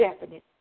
definite